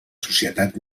societat